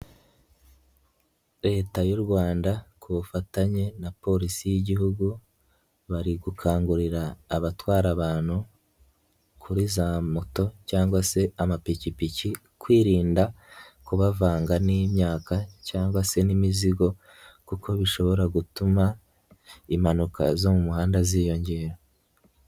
Leta y'u Rwanda ku bufatanye na polisi y'Igihugu, bari gukangurira abatwara abantu kuri za moto cyangwa se amapikipiki, kwirinda kubavanga n'imyaka cyangwa se n'imizigo kuko bishobora gutuma, impanuka zo mu muhanda ziyongera.